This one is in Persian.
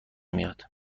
میاد